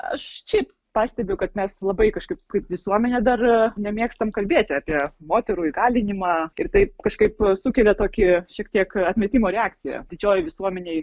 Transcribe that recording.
aš šiaip pastebiu kad mes labai kažkaip kaip visuomenė dar nemėgstam kalbėti apie moterų įgalinimą ir taip kažkaip sukelia tokį šiek tiek atmetimo reakciją didžioji visuomenėj